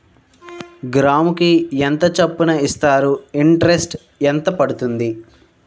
గ్రాముకి ఎంత చప్పున ఇస్తారు? ఇంటరెస్ట్ ఎంత పడుతుంది?